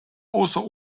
außer